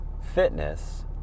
fitness